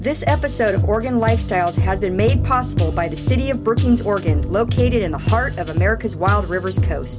this episode of organ lifestyles has been made possible by the city of britain's organ located in the heart of america's wild rivers coast